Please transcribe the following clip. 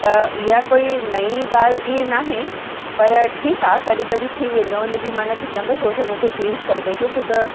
त इहा कोई नईं ॻाल्हि इअं नाहे पर ठीकु आहे कॾहिं कॾहिं थी वेंदो आहे हुनजी मां न थी चवां बसि थोरोसो मूंखे चेंज करे ॾेई छॾो छो त